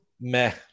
Meh